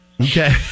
Okay